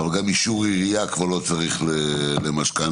גם אישור עירייה לא צריך למשכנתה,